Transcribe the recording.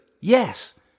yes